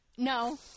No